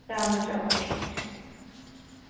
چلو چلو ٹھیٖک چھُ